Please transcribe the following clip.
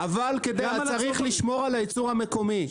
אבל צריך לשמור על הייצור המקומי,